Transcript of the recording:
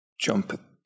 jump